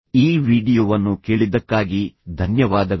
ಈ ವೀಡಿಯೊವನ್ನು ಕೇಳಿದ್ದಕ್ಕಾಗಿ ಧನ್ಯವಾದಗಳು